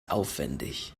aufwendig